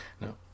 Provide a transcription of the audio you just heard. No